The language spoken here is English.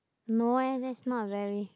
no eh that's not very